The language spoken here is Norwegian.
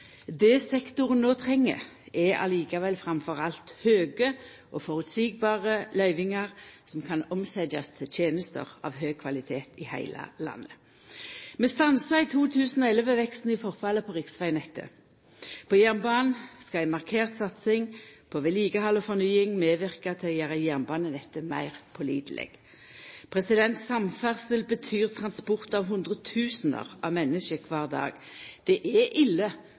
Det sektoren no treng, er likevel framfor alt høge og føreseielege løyvingar som kan omsetjast til tenester av høg kvalitet i heile landet. Vi stansar i 2011 veksten i forfallet på riksvegnettet. På jernbanen skal ei markert satsing på vedlikehald og fornying medverka til å gjera jernbanenettet meir påliteleg. Samferdsel betyr transport av fleire hundre tusenar menneske kvar dag. Det er ille